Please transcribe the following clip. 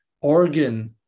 organ